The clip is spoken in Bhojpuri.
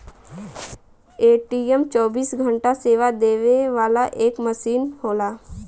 ए.टी.एम चौबीस घंटा सेवा देवे वाला एक मसीन होला